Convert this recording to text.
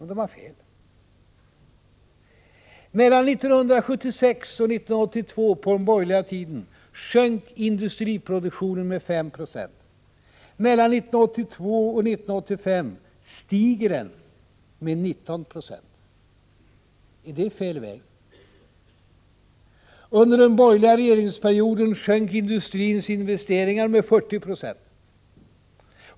Men de har fel: — Mellan 1976 och 1982 sjönk industriproduktionen med 5 26. Mellan 1982 och 1985 stiger den med 19 96. Är det fel väg? — Under den borgerliga regeringsperioden sjönk industrins investeringar med 40 96.